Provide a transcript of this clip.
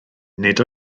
nid